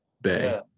bay